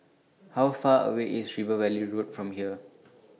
How Far away IS River Valley Road from here